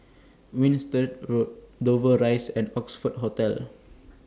Winstedt Road Dover Rise and Oxford Hotel